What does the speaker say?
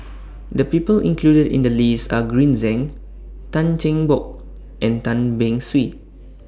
The People included in The list Are Green Zeng Tan Cheng Bock and Tan Beng Swee